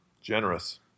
Generous